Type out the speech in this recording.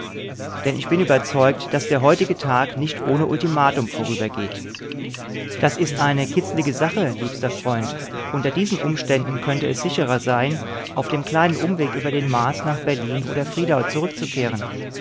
denn ich bin überzeugt daß der heutige tag nicht ohne ultimatum vorübergeht das ist eine kitzlige sache liebster freund unter diesen umständen könnte es sicherer sein auf dem kleinen umweg über den mars nach berlin oder friedau zurückzukehren